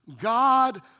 God